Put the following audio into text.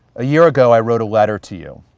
a year ago, i wrote a letter to you,